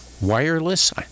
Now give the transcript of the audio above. wireless